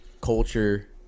culture